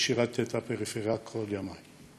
ושירתתי את הפריפריה כל ימי.